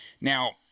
Now